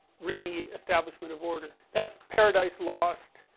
reestablishment of order that's paradise lost,